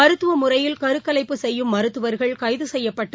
மருத்துவ முறையில் கருக்கலைப்பு செய்யும் மருத்துவர்கள் கைது செய்யப்பட்டு